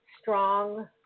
strong